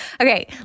okay